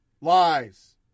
lies